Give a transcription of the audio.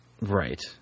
Right